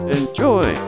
enjoy